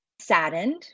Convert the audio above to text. saddened